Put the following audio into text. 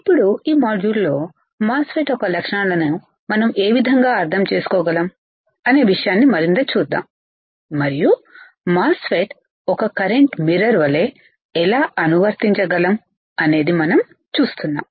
ఇప్పుడు ఈ మాడ్యూల్ లో మాస్ ఫెట్ యొక్క లక్షణాలను మనం ఏ విధంగా అర్థం చేసుకోగలం అనే విషయాన్ని మరింత చూద్దాం మరియు మాస్ ఫెట్ ఒక కరెంట్ మిర్రర్ వలే ఎలా అనువర్తించగలం అనేది మనం చూస్తున్నాం